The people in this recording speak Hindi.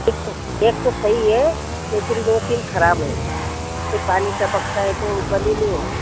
एक तो सही है लेकिन दो तीन ख़राब है उस से पानी टपकता है तो वो बंद ही नहीं हो रही